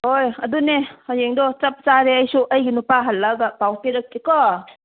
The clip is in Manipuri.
ꯍꯣꯏ ꯑꯗꯨꯅꯦ ꯍꯌꯦꯡꯗꯣ ꯆꯞ ꯆꯥꯔꯦ ꯑꯩꯁꯨ ꯑꯩꯒꯤ ꯅꯨꯄꯥ ꯍꯜꯂꯛꯑꯒ ꯄꯥꯎ ꯄꯤꯔꯛꯀꯦ ꯀꯣ